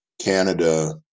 Canada